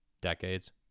Decades